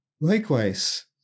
Likewise